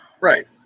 Right